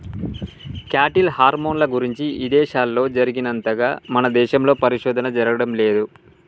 cattle హార్మోన్ల గురించి ఇదేశాల్లో జరిగినంతగా మన దేశంలో పరిశోధన జరగడం లేదు